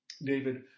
David